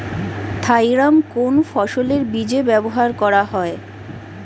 Thiram কোন ফসলের বীজে ব্যবহার করা হয়?